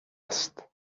است